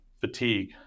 fatigue